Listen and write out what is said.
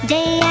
Day